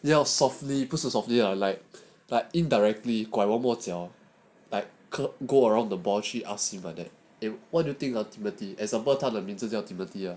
你要 softly 不是 softly indirectly 快外抹角 like go go around the ball 去 him like that it what do you think you about this